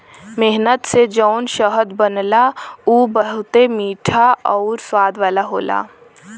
मेहनत से जौन शहद बनला उ बहुते मीठा आउर स्वाद वाला होला